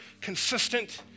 consistent